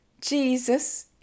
Jesus